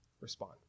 respond